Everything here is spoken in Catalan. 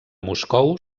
moscou